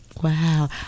wow